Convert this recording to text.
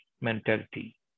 mentality